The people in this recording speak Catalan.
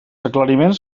aclariments